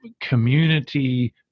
community